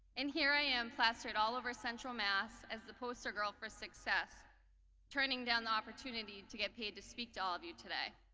and here i am plastered all over central mass as the poster girl for success turning down the opportunity to get paid to speak to all of you today.